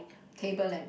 table lamp